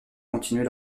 continuer